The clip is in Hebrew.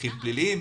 הליכים פליליים,